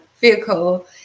vehicle